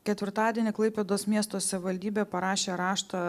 ketvirtadienį klaipėdos miesto savivaldybė parašė raštą